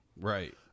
Right